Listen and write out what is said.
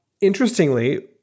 interestingly